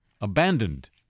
abandoned